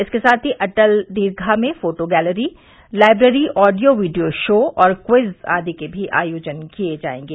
इसके साथ ही अटल दीर्घा में photo gallery library audio video show और क्वीज आदि के भी आयोजन किये जायेंगे